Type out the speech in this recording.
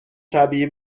طبیعی